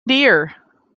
dear